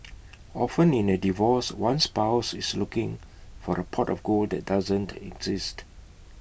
often in A divorce one spouse is looking for A pot of gold that doesn't exist